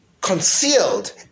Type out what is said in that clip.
concealed